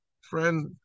friend